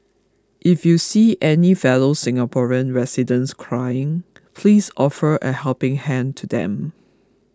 if you see any fellow Singaporean residents crying please offer a helping hand to them